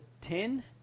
ten